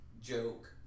joke